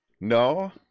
No